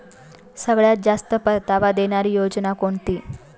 सगळ्यात जास्त परतावा देणारी योजना कोणती?